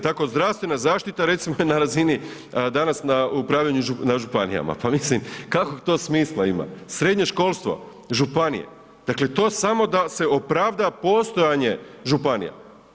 Tako zdravstvena zaštita recimo je na razini danas na upravljanju na županijama, pa mislim kakvog to smisla ima, srednje školstvo županije, dakle to samo da se opravda postojanje županija.